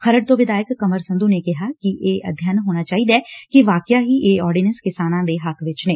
ਖਰੜ ਤੋ ਵਿਧਾਇਕ ਕੰਵਰ ਸੰਧੁ ਨੇ ਕੋਹਾ ਕਿ ਇਹ ਅਧਿਐਨ ਹੋਣਾ ਚਾਹੀਦੈ ਕਿ ਵਾਕਿਆ ਹੀ ਇਹ ਆਰਡੀਨੈਸ ਕਿਸਾਨਾ ਦੇ ਹੱਕ ਵਿਚ ਨੇ